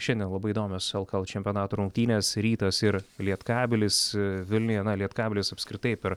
šiandien labai įdomios el ka el čempionato rungtynės rytas ir lietkabelis vilniuje na lietkabelis apskritai per